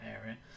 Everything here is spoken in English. area